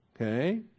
Okay